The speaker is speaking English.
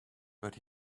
but